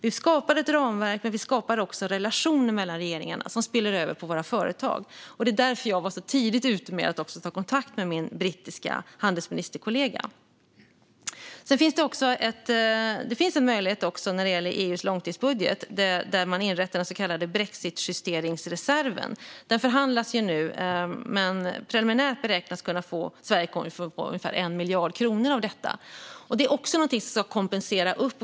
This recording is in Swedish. Vi skapar ett ramverk, men vi skapar också en relation mellan regeringarna som spiller över på våra företag. Det var därför jag var så tidigt ute med att ta kontakt med min brittiska handelsministerskollega. Det finns också en möjlighet när det gäller EU:s långtidsbudget, där man inrättar den så kallade brexitjusteringsreserven. Förhandlingar om den pågår, men preliminärt beräknas Sverige kunna få ungefär 1 miljard kronor därifrån. Detta är också något som kompenserar.